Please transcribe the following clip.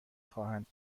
خواهند